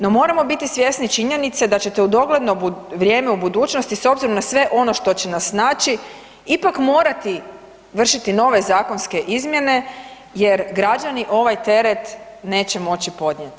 No, moramo biti svjesni činjenice da ćete u dogledno vrijeme u budućnosti s obzirom na sve ono što će nas snaći ipak morati vršiti nove zakonske izmjene, jer građani ovaj teret neće moći podnijeti.